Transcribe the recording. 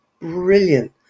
brilliant